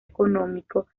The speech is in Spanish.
económico